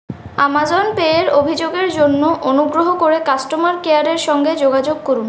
Amazon পেয়ের অভিযোগের জন্য অনুগ্রহ করে কাস্টমার কেয়ারের সঙ্গে যোগাযোগ করুন